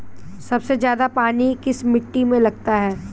सबसे ज्यादा पानी किस मिट्टी में लगता है?